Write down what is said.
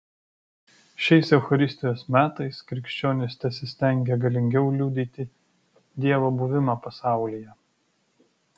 šiais eucharistijos metais krikščionys tesistengia galingiau liudyti dievo buvimą pasaulyje